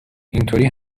اینطوری